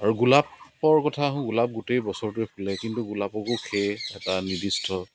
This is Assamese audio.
আৰু গোলাপৰ কথা গোলপ গোটেই বছৰটোৱে ফুলে কিন্তু গোলাপকো সেয়ে এটা নিৰ্দিষ্ট